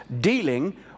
dealing